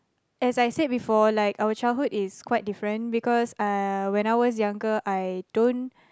as I said before like our childhood is quite different because uh while I was younger I don't